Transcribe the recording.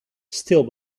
still